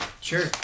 Sure